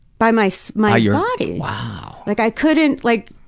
by my so my yeah body. wow. like i couldn't like,